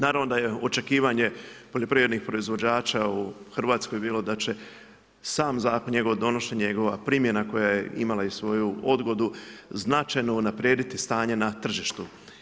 Naravno da je u očekivanje poljoprivrednih proizvođača u Hrvatskoj bilo da će sam zakon njegov donošenje, njegova primjena, koja je imala i svoju odgodu, značajno unaprijediti stanje na tržištu.